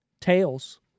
Tails